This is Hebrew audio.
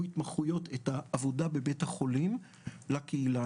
התמחויות את העבודה בבית החולים לקהילה.